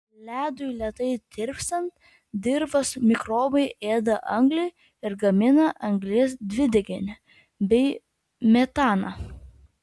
ledui lėtai tirpstant dirvos mikrobai ėda anglį ir gamina anglies dvideginį bei metaną